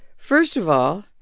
first of all,